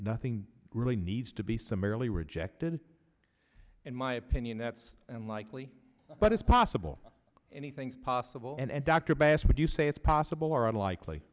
nothing really needs to be summarily rejected in my opinion that's unlikely but it's possible anything's possible and dr bass would you say it's possible or unlikely